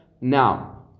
Now